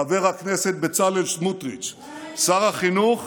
חבר הכנסת בצלאל סמוטריץ'; שר החינוך